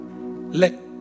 Let